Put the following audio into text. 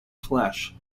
flesh